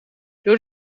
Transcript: door